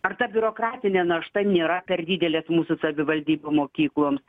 ar ta biurokratinė našta nėra per didelės mūsų savivaldybių mokykloms